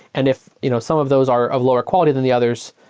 and if you know so of those are of lower quality than the others,